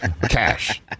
Cash